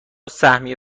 سهمیه